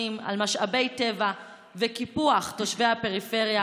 על משאבי טבע וקיפוח תושבי הפריפריה,